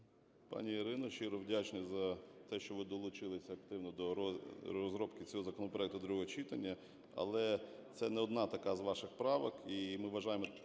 Пані Ірино, щиро вдячний за те, що ви долучилися активно до розробки цього законопроекту до другого читання. Але це не одна така з ваших правок,